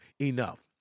enough